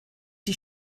die